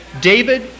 David